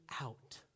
out